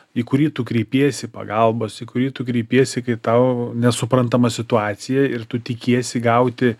į kurį tu kreipiesi pagalbos į kurį tu kreipiesi kai tau nesuprantama situacija ir tu tikiesi gauti